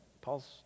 Paul's